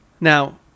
Now